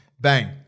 Bang